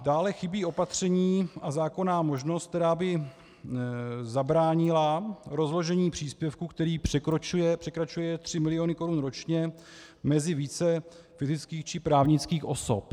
Dále chybí opatření a zákonná možnost, která by zabránila rozložení příspěvku, který překračuje 3 mil. Kč ročně, mezi více fyzických či právnických osob.